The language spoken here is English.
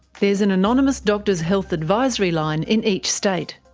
there's an anonymous doctors health advisory line in each state.